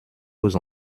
aux